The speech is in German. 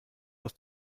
aus